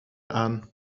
aan